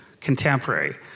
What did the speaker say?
contemporary